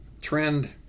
Trend